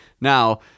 Now